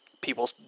people